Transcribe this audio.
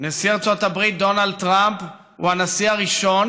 נשיא ארצות הברית דונלד טראמפ הוא הנשיא הראשון